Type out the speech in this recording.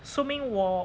so means 我